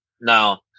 Now